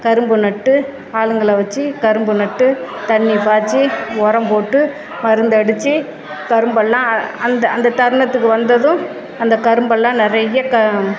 கரும்பு நட்டு ஆளுங்களை வச்சி கரும்பு நட்டு தண்ணி பாய்ச்சி உரம் போட்டு மருந்தடித்து கரும்பெல்லாம் அந்த அந்த தருணத்துக்கு வந்ததும் அந்த கரும்பெல்லாம் நிறைய க